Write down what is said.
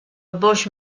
boix